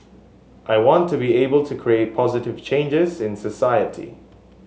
I want to be able to create positive changes in society